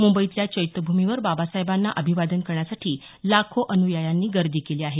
मुंबईतल्या चैत्यभूमीवर बाबासाहेबांना अभिवादन करण्यासाठी लाखो अनुयायांनी गर्दी केली आहे